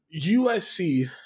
USC